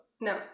No